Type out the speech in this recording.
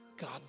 God